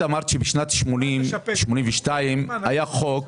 את אמרת שבשנת 82' היה חוק